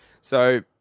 So-